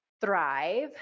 Thrive